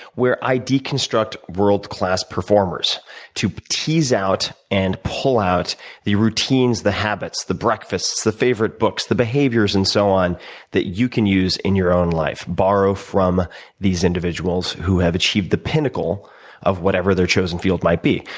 where i deconstruct world-class performers to tease out and pull out the routines, the habits, the breakfasts, the favorite books, the behaviors and so on that you can use in your own life, borrow from these individuals who have achieved the pinnacle of whatever their chosen field might be,